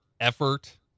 effort